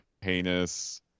heinous